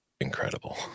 incredible